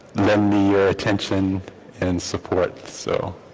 lend me your attention and support. so,